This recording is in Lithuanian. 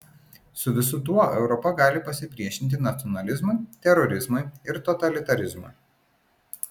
su visu tuo europa gali pasipriešinti nacionalizmui terorizmui ir totalitarizmui